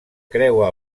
creua